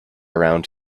around